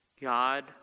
God